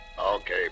Okay